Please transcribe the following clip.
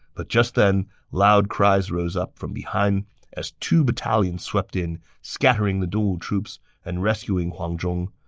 but just then loud cries rose up from behind as two battalions swept in, scattering the dongwu troops and rescuing huang zhong.